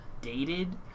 dated